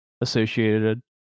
associated